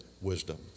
wisdom